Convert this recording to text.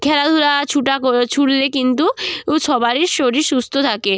খেলাধুলা ছুটা ক্ ছুটলে কিন্তু উ সবারই শরীর সুস্থ থাকে